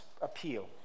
appeal